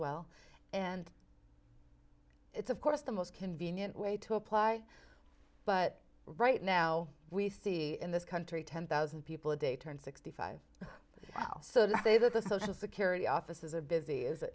well and it's of course the most convenient way to apply but right now we see in this country ten thousand people a day turned sixty five so that they the social security offices are busy is a